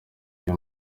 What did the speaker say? uyu